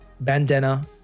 bandana